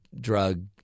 drug